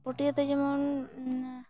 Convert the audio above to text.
ᱯᱟᱹᱴᱤᱭᱟᱹ ᱫᱚ ᱡᱮᱢᱚᱱ